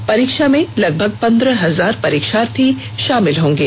इस परीक्षा में लगभग पंद्रह हजार परीक्षार्थी शामिल होंगे